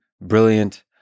brilliant